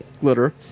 glitter